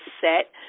set